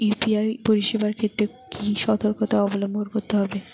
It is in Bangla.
ইউ.পি.আই পরিসেবার ক্ষেত্রে কি সতর্কতা অবলম্বন করতে হবে?